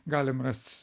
galim rast